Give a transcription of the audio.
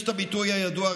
יש את הביטוי הידוע,